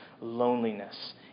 loneliness